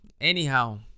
anyhow